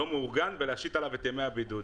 הלא מאורגן ולהשית עליו את ימי הבידוד.